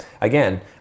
again